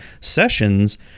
sessions